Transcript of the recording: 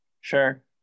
Sure